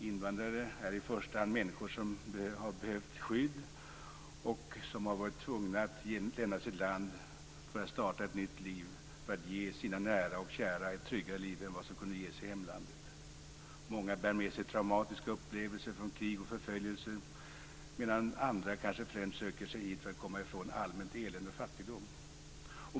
Invandrare är i första hand människor som behöver skydd, som har varit tvungna att lämna sitt land för att starta ett nytt liv och ge sina nära och kära ett tryggare liv än vad som kunde ges i hemlandet. Många bär med sig traumatiska upplevelser från krig och förföljelse, medan andra främst söker sig hit för att komma ifrån allmänt elände och fattigdom.